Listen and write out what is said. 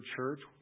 church